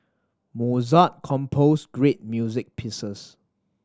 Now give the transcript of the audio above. Mozart composed great music pieces